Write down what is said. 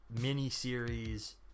mini-series